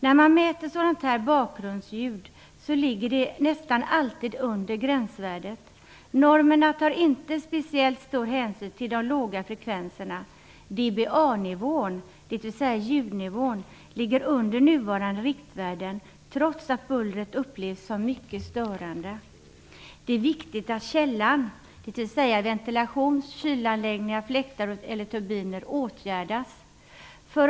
När man mäter bakgrundsljud finner man att värdena nästan alltid ligger under gränsvärdet. Normerna tar inte speciellt stor hänsyn till de låga frekvenserna. DBA-nivån, dvs. ljudnivån, ligger under nuvarande riktvärden, trots att bullret upplevs som mycket störande. Det är viktigt att källan, dvs. ventilations eller kylanläggningar, fläktar eller turbiner, åtgärdas.